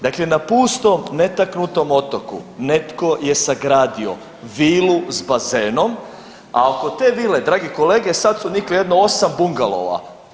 Dakle na pustom netaknutom otoku netko je sagradio vilu s bazenom, a oko te vile dragi kolege sada su nikli jedno 8 bungalova.